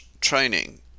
training